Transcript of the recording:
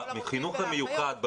בחינוך המיוחד,